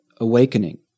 awakening